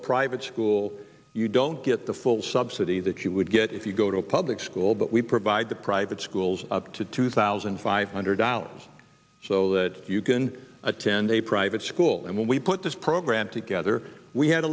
a private school you don't get the full subsidy that you would get if you go to a public school but we provide the private schools up to two thousand five hundred dollars so that you can attend a private school and we put this program together we had a